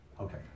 Okay